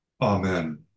Amen